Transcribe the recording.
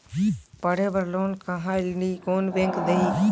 पढ़े बर लोन कहा ली? कोन बैंक देही?